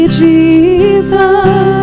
jesus